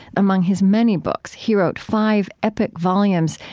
among his many books, he wrote five epic volumes,